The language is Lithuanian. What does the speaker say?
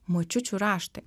močiučių raštai